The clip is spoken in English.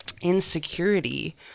insecurity